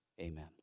amen